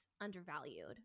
undervalued